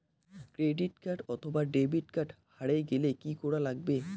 Credit card অথবা debit card হারে গেলে কি করা লাগবে?